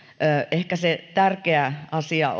ehkä se tärkeä asia